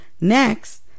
next